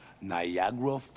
Niagara